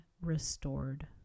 restored